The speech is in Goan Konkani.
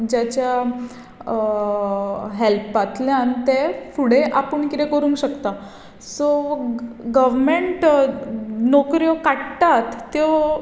जाच्या हेल्पांतल्यान ते फुडें आपूण कितेंय करूंक शकता सो गवमेंट नोकऱ्यो काडटात त्यो